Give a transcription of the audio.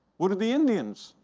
what do the indians,